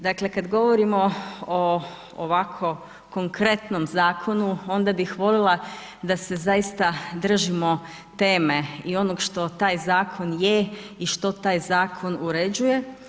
Dakle, kada govorimo o ovako konkretnom zakonu, onda bih voljela da se zaista držimo teme i onoga što taj zakon je i što taj zakon uređuje.